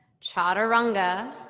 chaturanga